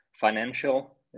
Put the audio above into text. financial